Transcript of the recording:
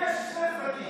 יש שני צדדים: